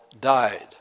died